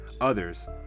others